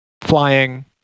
flying